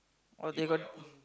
or they got